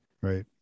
Right